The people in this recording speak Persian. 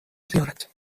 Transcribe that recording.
زیارت